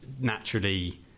Naturally